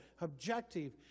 objective